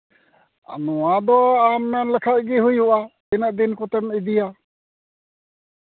ᱱᱚᱣᱟ ᱫᱚ ᱟᱢ ᱢᱮᱱ ᱞᱮᱠᱷᱟᱱ ᱜᱮ ᱦᱩᱭᱩᱜᱼᱟ ᱛᱤᱱᱟᱹᱜ ᱫᱤᱱ ᱠᱚᱛᱮᱢ ᱤᱫᱤᱭᱟ